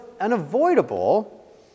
unavoidable